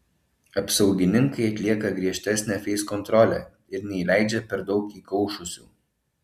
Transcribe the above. apsaugininkai atlieka griežtesnę feiskontrolę ir neįleidžia per daug įkaušusių